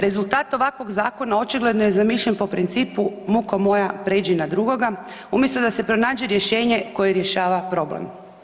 Rezultat ovakvog zakona očigledno je zamišljen po principu muko moja pređi na drugoga, umjesto da se pronađe rješenje koje rješava problem.